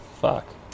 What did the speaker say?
fuck